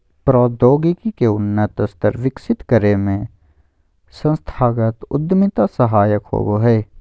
प्रौद्योगिकी के उन्नत स्तर विकसित करे में संस्थागत उद्यमिता सहायक होबो हय